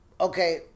okay